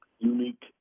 unique